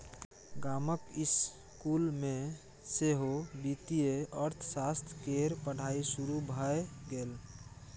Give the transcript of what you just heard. गामक इसकुल मे सेहो वित्तीय अर्थशास्त्र केर पढ़ाई शुरू भए गेल